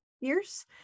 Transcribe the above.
years